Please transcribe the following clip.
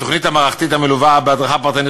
התוכנית המערכתית מלווה בהדרכה פרטנית